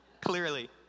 clearly